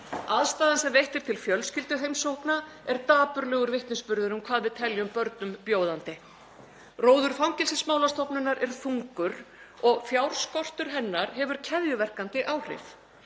Aðstaðan sem veitt er til fjölskylduheimsókna er dapurlegur vitnisburður um hvað við teljum börnum bjóðandi. Róður Fangelsismálastofnunar er þungur og fjárskortur hennar hefur keðjuverkandi áhrif.